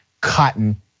cotton